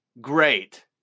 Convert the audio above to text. Great